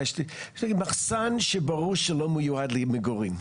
מחסן שברור שלא מיועד למגורים,